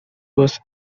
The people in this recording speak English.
was